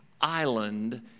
island